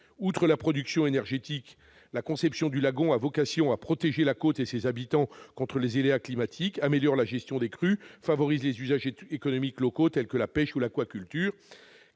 Outre la production énergétique, la conception du lagon a vocation à protéger la côte et ses habitants contre les aléas climatiques ; elle améliore la gestion des crues et favorise les usages économiques locaux tels que la pêche ou l'aquaculture.